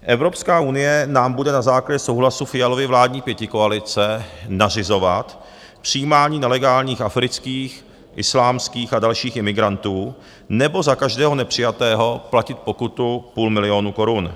Evropská unie nám bude na základě souhlasu Fialovy vládní pětikoalice nařizovat přijímání nelegálních afrických, islámských a dalších imigrantů, nebo za každého nepřijatého platit pokutu půl milionu korun.